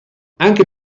anche